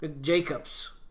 Jacobs